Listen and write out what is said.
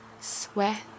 sweat